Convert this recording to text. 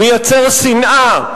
מייצר שנאה,